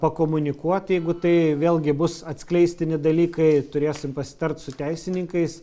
pakomunikuot jeigu tai vėlgi bus atskleistini dalykai turėsim pasitart su teisininkais